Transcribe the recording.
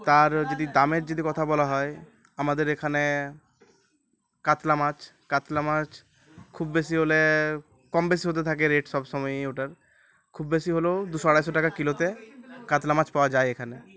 তার যদি দামের যদি কথা বলা হয় আমাদের এখানে কাতলা মাছ কাতলা মাছ খুব বেশি হলে কম বেশি হতে থাকে রেট সব সময়ই ওটার খুব বেশি হলেও দুশো আড়াইশো টাকা কিলোতে কাতলা মাছ পাওয়া যায় এখানে